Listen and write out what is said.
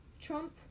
Trump